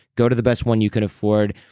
go to the best one you can afford.